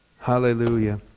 Hallelujah